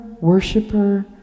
worshiper